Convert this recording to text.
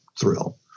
thrill